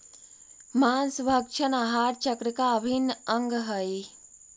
माँसभक्षण आहार चक्र का अभिन्न अंग हई